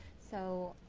so,